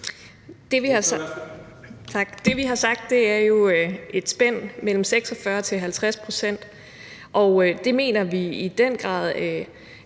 Det, vi har sagt der skal være, er jo et spænd mellem 46 og 50 pct., og det mener vi i den grad